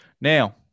Now